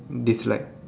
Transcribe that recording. dislike